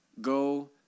go